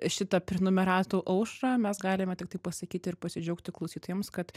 šitą prenumeratų aušrą mes galime tiktai pasakyti ir pasidžiaugti klausytojams kad